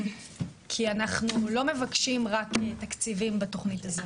כי אנחנו לא מבקשים רק תקציבים בתוכנית הזאת.